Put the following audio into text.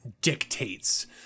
dictates